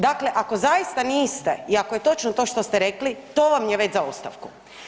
Dakle, ako zaista niste i ako je točno to što ste rekli, to vam je već za ostavku.